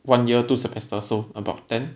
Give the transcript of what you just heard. one year two semester so about ten